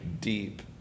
deep